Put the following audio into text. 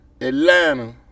Atlanta